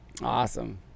awesome